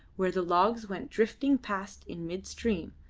where the logs went drifting past in midstream,